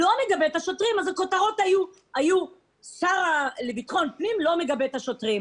אז הכותרות היו: השר לביטחון פנים לא מגבה את השוטרים.